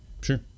Sure